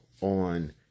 on